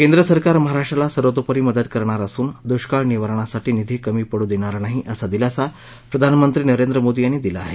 केंद्रसरकार महाराष्ट्राला सर्वतोपरी मदत करणार असून दुष्काळ निवारणासाठी निधी कमी पडू देणार नाही असा दिलासा प्रधानमंत्री नरेंद्र मोदी यांनी दिला आहे